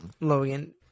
Logan